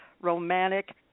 romantic